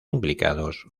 implicados